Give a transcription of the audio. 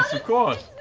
of course.